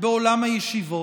בעולם הישיבות,